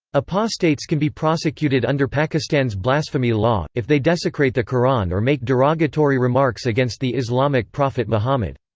apostates can be prosecuted under pakistan's blasphemy law, if they desecrate the quran or make derogatory remarks against the islamic prophet muhammad.